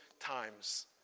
times